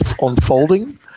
unfolding